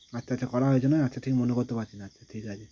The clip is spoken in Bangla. আচ্ছা আচ্ছা করা হয়েছে না আচ্ছা ঠিক মনে করতে পারছি না আচ্ছা ঠিক আছে